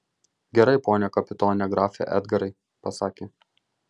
gerai pone kapitone grafe edgarai pasakė